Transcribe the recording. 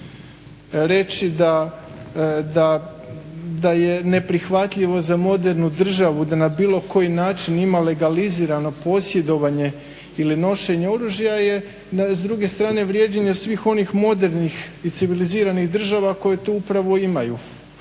Reći da je neprihvatljivo za modernu državu da na bilo koji način ima legalizirano posjedovanje ili nošenja oružja je s druge strane vrijeđanje svih onih modernih i civiliziranih država koje to upravo imaju,